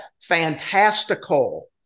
fantastical